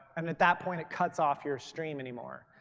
and at that point it cuts off your stream anymore.